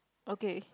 okay